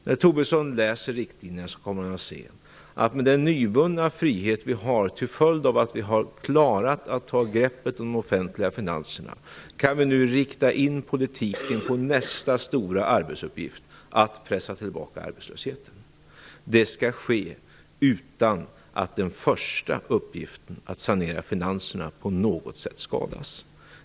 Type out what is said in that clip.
När Tobisson läser riktlinjerna kommer han att se, att med den nyvunna frihet vi har, till följd av att vi har klarat att ta greppet om de offentliga finanserna, kan vi nu rikta in politiken på nästa stora arbetsuppgift, att pressa tillbaka arbetslösheten. Det skall ske utan att den första uppgiften, att sanera finanserna, på något sätt skadas.